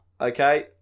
okay